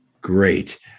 Great